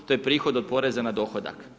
To je prihod od poreza na dohodak.